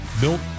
built